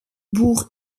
bourg